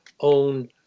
own